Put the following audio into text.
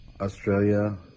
Australia